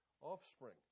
offspring